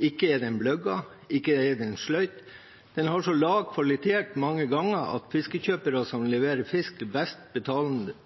Ikke er den bløgget, ikke er den sløyd, den har mange ganger så lav kvalitet at fiskekjøpere som leverer fisk til best betalende